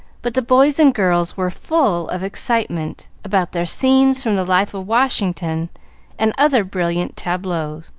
but the boys and girls were full of excitement about their scenes from the life of washington and other brilliant tableaux,